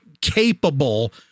capable